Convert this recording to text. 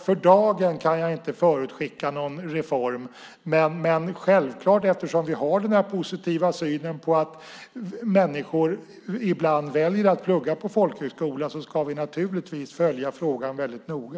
För dagen kan jag alltså inte förutskicka någon reform, men eftersom vi har denna positiva syn på att människor ibland väljer att plugga på folkhögskola ska vi naturligtvis följa frågan väldigt noga.